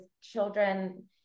children